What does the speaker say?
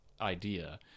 idea